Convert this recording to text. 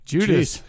Judas